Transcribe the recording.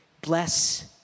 bless